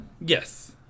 Yes